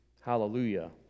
Hallelujah